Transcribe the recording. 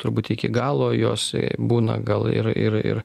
turbūt iki galo jos būna gal ir ir ir